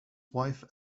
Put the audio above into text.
wife